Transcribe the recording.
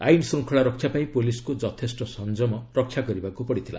ଆଇନ ଶ୍ଚଙ୍ଖଳା ରକ୍ଷା ପାଇଁ ପୁଲିସ୍କୁ ଯଥେଷ୍ଟ ସଂଯମ ରକ୍ଷା କରିବାକୁ ପଡ଼ିଥିଲା